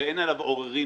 שאין עליו עוררין,